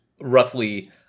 roughly